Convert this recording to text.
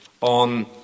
on